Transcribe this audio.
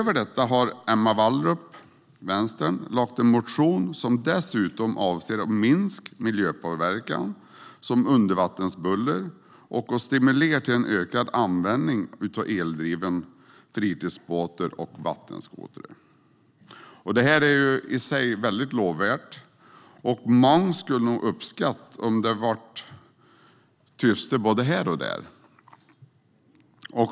Emma Wallrup, Vänstern, har väckt en motion som dessutom avser att minska miljöpåverkan som undervattensbuller och att stimulera till en ökad användning av eldrivna fritidsbåtar och vattenskotrar. Detta är i sig mycket lovvärt, och många skulle nog uppskatta om det blev tystare både här och där.